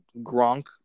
Gronk